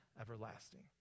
everlasting